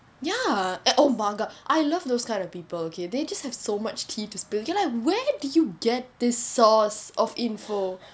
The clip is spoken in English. ya eh oh my god I love those kind of people K they just have so much tea to spill you're like where did you get this source of information